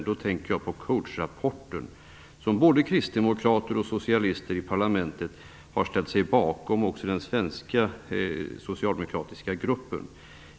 Jag tänker på Coatesrapporten, som både kristdemokrater och socialister i parlamentet har ställt sig bakom, också den svenska socialdemokratiska gruppen.